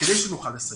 כדי שנוכל לסייע.